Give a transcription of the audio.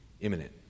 imminent